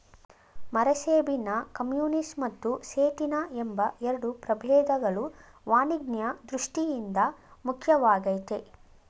ಮರಸೇಬಿನ ಕಮ್ಯುನಿಸ್ ಮತ್ತು ಸೇಟಿನ ಎಂಬ ಎರಡು ಪ್ರಭೇದಗಳು ವಾಣಿಜ್ಯ ದೃಷ್ಠಿಯಿಂದ ಮುಖ್ಯವಾಗಯ್ತೆ